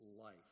life